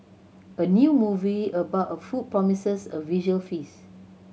a new movie about a food promises a visual feast